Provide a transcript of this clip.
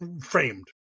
framed